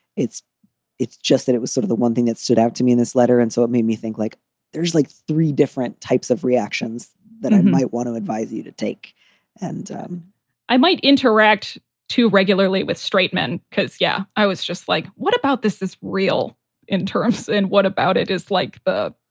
it's it's just that it was sort of the one thing that stood out to me in this letter. and so it made me think like there's like three different types of reactions that i might want to advise you to take and um i might interact too regularly with straight men because, yeah, i was just like, what about this is real in terms and what about it? it's like a